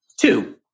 Two